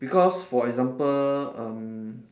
because for example um